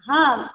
ହଁ